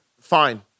fine